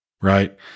right